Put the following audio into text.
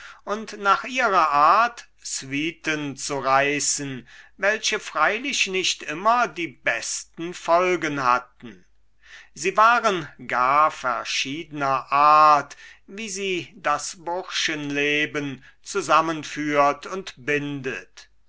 und nach ihrer art suiten zu reißen welche freilich nicht immer die besten folgen hatten sie waren gar verschiedener art wie sie das burschenleben zusammenführt und bindet